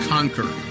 Conquer